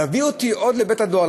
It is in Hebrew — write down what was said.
להביא אותי עוד לבית-הדואר,